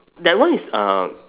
that one is uh